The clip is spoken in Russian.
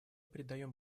придаем